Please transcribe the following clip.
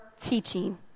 teaching